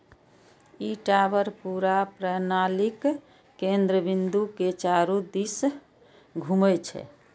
ई tower पूरा प्रणालीक केंद्र बिंदु के चारू दिस घूमै छै